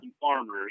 farmers